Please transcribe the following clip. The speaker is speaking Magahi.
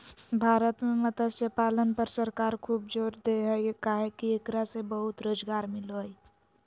भारत में मत्स्य पालन पर सरकार खूब जोर दे हई काहे कि एकरा से बहुत रोज़गार मिलो हई